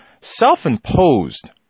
self-imposed